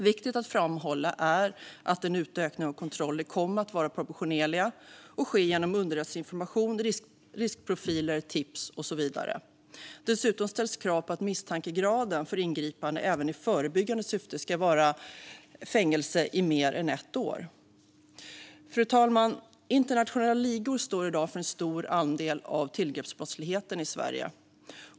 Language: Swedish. Viktigt att framhålla är att en utökning av kontroller kommer att vara proportionerlig och ske genom underrättelseinformation, riskprofiler, tips och så vidare. Dessutom ställs krav på att misstankegraden för ingripande, även i förebyggande syfte, ska vara fängelse i mer än ett år. Fru talman! Internationella ligor står i dag för en stor andel av tillgreppsbrottsligheten i Sverige.